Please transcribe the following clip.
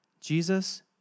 Jesus